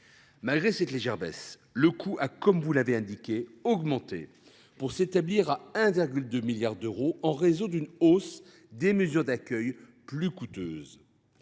Malgré cette légère baisse, le coût, comme vous l’indiquez, a augmenté pour s’établir à 1,2 milliard d’euros en raison d’une hausse des mesures d’accueil, plus coûteuses.